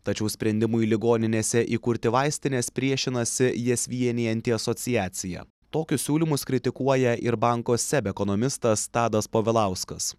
tačiau sprendimui ligoninėse įkurti vaistines priešinasi jas vienijanti asociacija tokius siūlymus kritikuoja ir banko seb ekonomistas tadas povilauskas